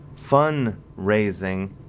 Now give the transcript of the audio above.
fundraising